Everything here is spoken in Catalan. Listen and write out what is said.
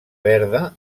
verda